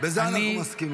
בזה אנחנו מסכימים.